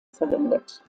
verwendet